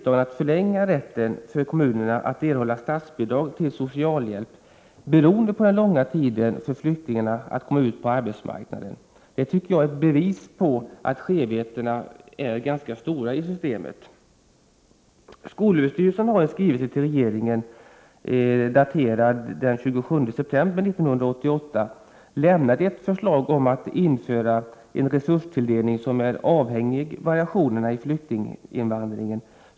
Att man förlänger kommunernas rätt att erhålla statsbidrag till social hjälp beroende på att det tar så lång tid för flyktingarna att komma ut på arbetsmarknaden tycker jag är ett bevis på att skevheten är ganska stor i systemet. Skolöverstyrelsen har i en skrivelse till regeringen daterad den 27 september 1988 lämnat ett förslag om att man skall införa en resurstilldelning, som är avhängig variationerna i flyktinginvandringen.